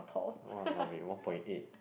!walao! eh one point eight